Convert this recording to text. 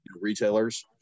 retailers